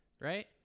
right